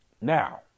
Now